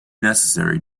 necessary